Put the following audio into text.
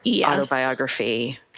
autobiography